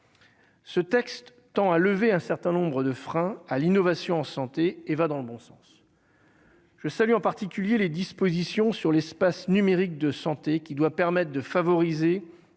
Ce texte tend à lever un certain nombre de freins à l'innovation santé et va dans le bon sens, je salue en particulier les dispositions sur l'espace numérique de santé qui doit permettre de favoriser